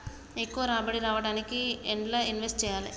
ఎక్కువ రాబడి రావడానికి ఎండ్ల ఇన్వెస్ట్ చేయాలే?